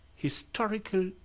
historical